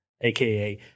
aka